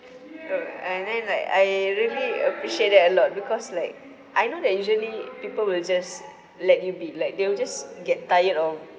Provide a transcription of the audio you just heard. oh and then like I really appreciate that a lot because like I know that usually people will just let you be like they will just get tired of